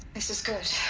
this is good